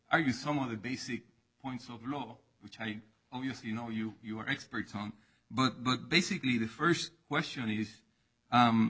argue some of the basic points of law which i obviously you know you you are experts on but basically the first question is